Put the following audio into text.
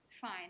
Fine